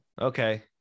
Okay